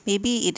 maybe it